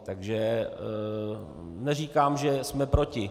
Takže neříkám, že jsme proti.